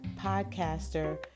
podcaster